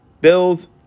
Bills